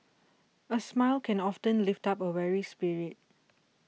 a smile can often lift up a weary spirit